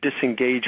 disengage